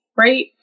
right